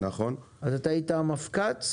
אתה היית המפק"צ?